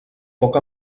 poc